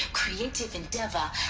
creative endeavor.